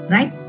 Right